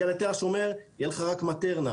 השומר יהיה לך רק מטרנה.